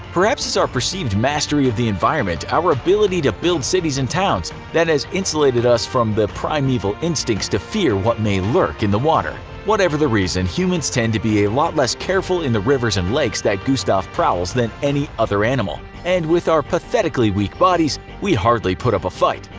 perhaps its our perceived mastery of the environment, our ability to build cities and towns, that has insulated us from the primeval instincts to fear what my lurk in the water. whatever the reason, humans tend to be a lot less careful careful in the rivers and lakes that gustave prowls than any other animal, and with our pathetically weak bodies, we hardly put up a fight.